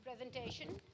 presentation